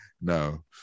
no